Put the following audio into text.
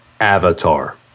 Avatar